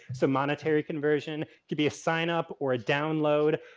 some monetary conversion could be a sign up or a download.